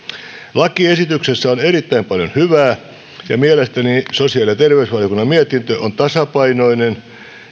lakiesityksessä on erittäin paljon hyvää ja mielestäni sosiaali ja terveysvaliokunnan mietintö on tasapainoinen